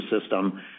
system